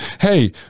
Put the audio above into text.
Hey